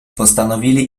postanowili